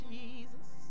Jesus